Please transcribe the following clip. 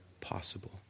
possible